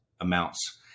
amounts